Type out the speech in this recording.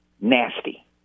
nasty